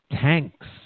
tanks